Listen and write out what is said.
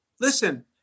listen